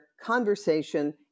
conversation